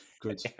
Good